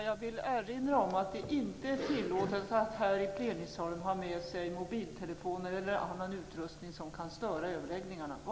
Jag vill erinra om att det inte är tillåtet att här i plenisalen ha med sig mobiltelefoner eller annan utrustning som kan störa överläggningarna.